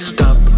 Stop